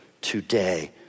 today